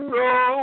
no